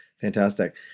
Fantastic